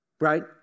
right